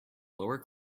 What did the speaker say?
lower